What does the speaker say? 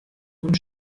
und